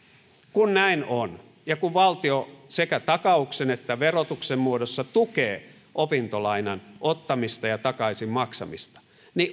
kun näin on ja kun valtio sekä takauksen että verotuksen muodossa tukee opintolainan ottamista ja takaisin maksamista niin